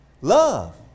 Love